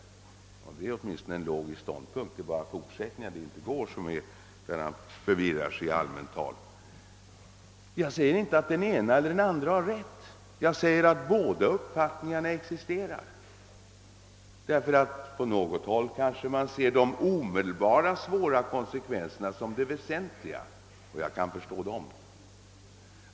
Det är åtminstone en logisk ståndpunkt, även om det inte går så bra i fortsättningen när han förirrar sig i allmänt tal. Jag säger alltså inte att den ene eller den andre har rätt, jag säger att båda uppfattningarna existerar. På något håll kanske man ser de omedelbara svåra konsekvenserna som det väsentliga, och jag kan förstå det.